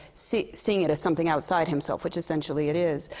se seeing it as something outside himself. which essentially it is.